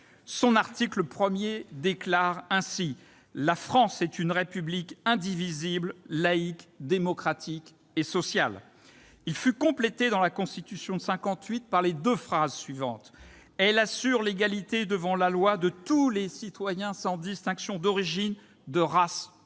à l'article premier de cette Constitution, « la France est une République indivisible, laïque, démocratique et sociale ». Cet article fut complété dans la Constitution de 1958 par les deux phrases suivantes :« Elle assure l'égalité devant la loi de tous les citoyens sans distinction d'origine, de race ou